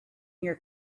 your